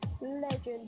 legend